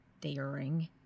daring